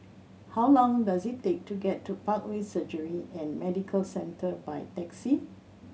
how long does it take to get to Parkway Surgery and Medical Centre by taxi